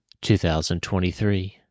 2023